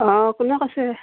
অঁ কোনে কৈছে